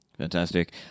Fantastic